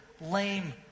lame